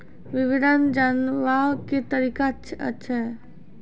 विवरण जानवाक की तरीका अछि?